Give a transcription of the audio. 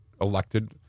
elected